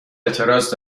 اعتراض